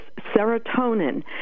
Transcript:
serotonin